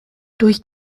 durch